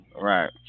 Right